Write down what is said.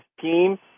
team